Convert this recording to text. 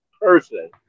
person